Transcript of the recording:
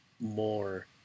more